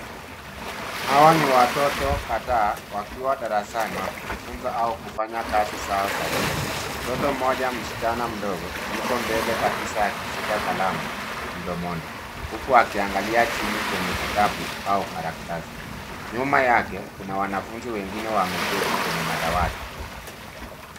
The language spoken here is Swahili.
Hawa ni watoto kadhaa wakiwa darasani wakijifunza au kufanya kazi zao za shule. Mtoto mmoja msichana mdogo yuko mbele kabisa akishika kalamu mdomoni huku akiangalia chini kwenye kitabu au karatasi. Nyuma yake kuna wanafunzi wengine wameketi kwenye madawati.